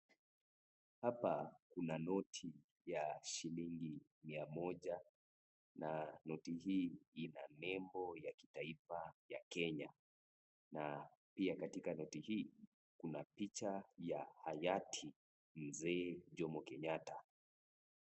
Hapa Kuna noti ya shilingi mia Moja na noti hii ina nembo ya kitaifa ya Kenya na pia katika noti hii Kuna picha wa hayati Mzee Jomo Kenyatta.